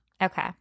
okay